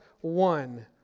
one